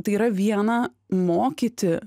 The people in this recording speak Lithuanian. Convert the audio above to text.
tai yra viena mokyti